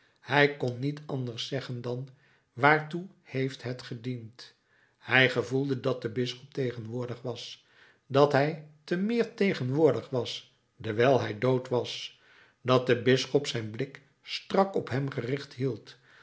hij kon niet anders zeggen dan waartoe heeft het gediend hij gevoelde dat de bisschop tegenwoordig was dat hij te meer tegenwoordig was dewijl hij dood was dat de bisschop zijn blik strak op hem gericht hield